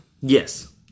Yes